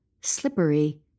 slippery